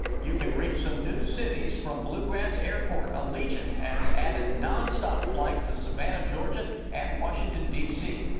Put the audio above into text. you can reach some new cities. from blue grass airport. allegiant has added non-stop flights to savannah, georgia and washington d c.